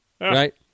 Right